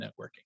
networking